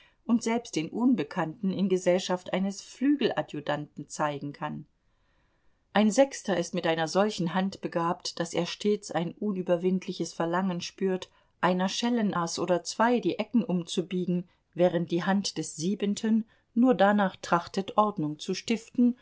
und selbst den unbekannten in gesellschaft eines flügeladjutanten zeigen kann ein sechster ist mit einer solchen hand begabt daß er stets ein unüberwindliches verlangen spürt einer schellenaß oder zwei die ecken umzubiegen während die hand des siebenten nur danach trachtet ordnung zu stiften